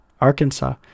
Arkansas